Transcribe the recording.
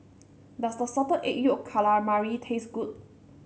does the Salted Egg Yolk Calamari taste good